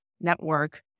network